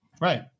Right